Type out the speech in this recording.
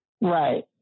Right